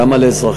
גם על אזרחים,